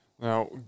Now